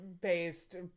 based